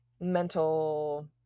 mental